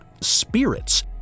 spirits